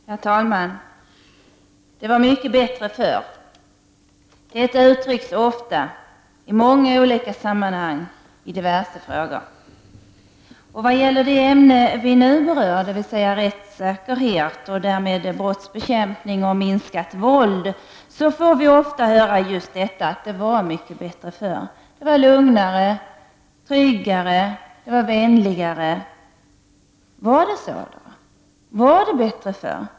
Herr talman! Det var mycket bättre förr! Detta uttrycks ofta, i många olika sammanhang, i diverse frågor. Vad gäller det ämne vi nu berör, dvs. rättssäkerhet och därmed brottsbekämpning och minskat våld, får vi ofta höra just detta att det var mycket bättre förr. Det var lugnare, tryggare och vänligare. Var det så då? Var det bättre förr?